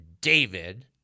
David